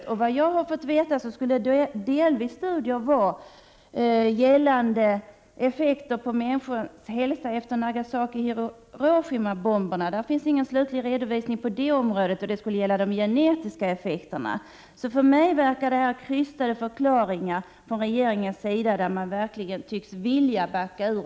Enligt vad jag har fått veta skulle studien gälla bl.a. effekter på människors hälsa efter Nagasakioch Hiroshimabomberna. Där finns ingen slutlig redovisning. Det skulle här gälla de genetiska effekterna. För mig verkar detta som krystade förklaringar från regeringens sida, där man verkligen tycks vilja backa ur.